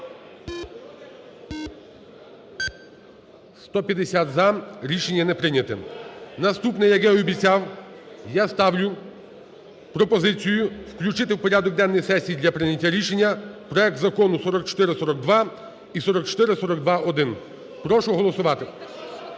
За-150 Рішення не прийнято. Наступне. Як я і обіцяв, я ставлю пропозицію включити в порядок денний сесії для прийняття рішення проект Закону 4442 і 4442-1. Прошу голосувати.